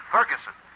Ferguson